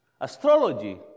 astrology